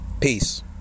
Peace